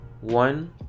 One